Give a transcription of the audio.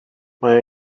mae